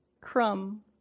crumb